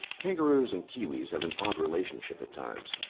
kangaroos and kiwis have an odd relationship at times,